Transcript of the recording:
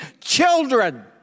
children